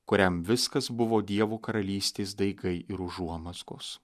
kuriam viskas buvo dievo karalystės daigai ir užuomazgos